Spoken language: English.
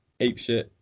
apeshit